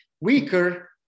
weaker